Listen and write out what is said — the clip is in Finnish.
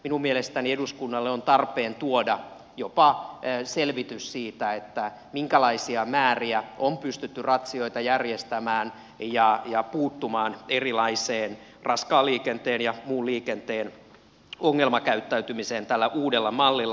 minun mielestäni eduskunnalle on tarpeen tuoda jopa selvitys siitä minkälaisia määriä on pystytty ratsioita järjestämään ja puuttumaan erilaiseen raskaan liikenteen ja muun liikenteen ongelmakäyttäytymiseen tällä uudella mallilla